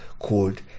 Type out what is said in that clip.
called